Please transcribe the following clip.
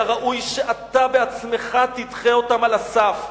היה ראוי שאתה בעצמך תדחה אותם על הסף.